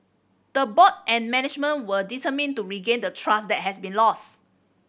the board and management were determined to regain the trust that has been lost